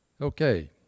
Okay